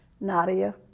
Nadia